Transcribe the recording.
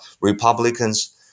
Republicans